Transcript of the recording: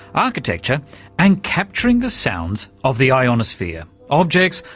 architecture and capturing the sounds of the ionosphere. objects,